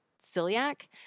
celiac